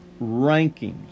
rankings